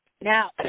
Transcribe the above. Now